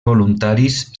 voluntaris